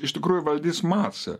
iš tikrųjų valdys masė